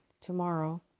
tomorrow